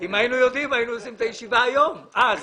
אנחנו מאוד רוצים להמשיך את אספקת הדלק, בראש